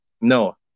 no